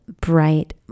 bright